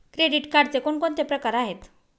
Credit कार्डचे कोणकोणते प्रकार आहेत?